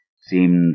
seemed